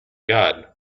god